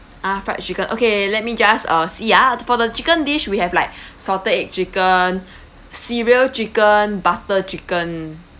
ah fried chicken okay let me just uh see ah for the chicken dish we have like salted egg chicken cereal chicken butter chicken